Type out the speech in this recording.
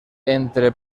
entre